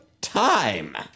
time